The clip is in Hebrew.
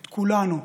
את כולנו,